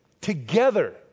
Together